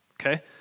okay